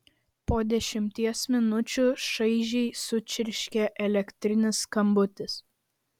po dešimties minučių šaižiai sučirškė elektrinis skambutis